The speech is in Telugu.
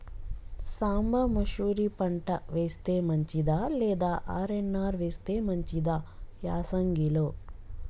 సాంబ మషూరి పంట వేస్తే మంచిదా లేదా ఆర్.ఎన్.ఆర్ వేస్తే మంచిదా యాసంగి లో?